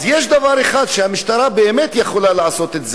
אז יש דבר אחד שהמשטרה באמת יכולה לעשות,